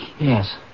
Yes